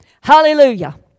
Hallelujah